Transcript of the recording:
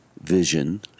vision